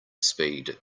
speed